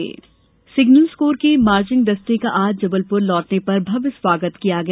पुरस्कार signals corps के marching दस्ते का आज जबलपुर लौटने पर भव्य स्वागत किया गया